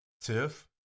Tiff